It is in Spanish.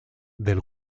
del